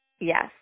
Yes